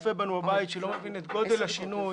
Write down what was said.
שצופה בנו מביתו שלא מבין את גודל השינוי